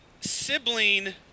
sibling